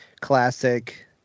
classic